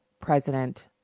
President